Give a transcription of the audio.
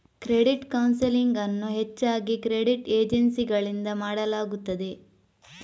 credit counselling ಅನ್ನು ಹೆಚ್ಚಾಗಿ credit ಏಜೆನ್ಸಿಗಳಿಂದ ಮಾಡಲಾಗುತ್ತದೆ